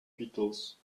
beatles